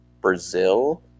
Brazil